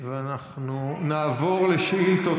אנחנו נעבור לשאילתות.